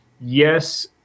Yes